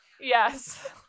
Yes